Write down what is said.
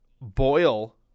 boil